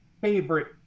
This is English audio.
favorite